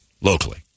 locally